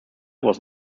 was